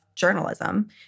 Journalism